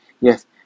Yes